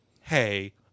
hey